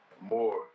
more